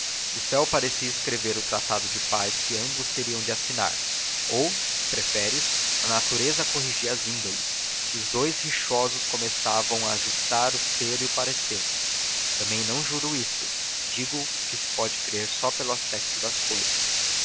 o céu parecia escrever o tratado de paz que ambos teriam de assinar ou se preferes a natureza corrigia as índoles e os dous rixosos começavam a ajustar o ser e o parecer também não juro isto digo o que se pode crer só pelo aspecto das cousas